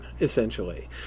essentially